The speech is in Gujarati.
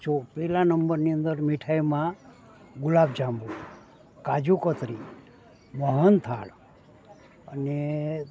જો પહેલા નંબરની અંદર મીઠાઈમાં ગુલાબ જાંબુ કાજુકત્રી મોહન થાળ અને